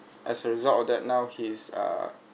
as a result of that now he's is err